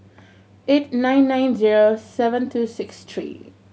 eight nine nine zero seven two six three